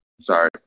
Sorry